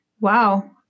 Wow